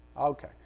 Okay